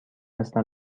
هستم